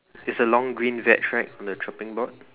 it's a long green veg right on the chopping board